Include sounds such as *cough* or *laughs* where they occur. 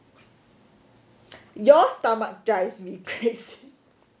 your stomach drives me crazy *laughs*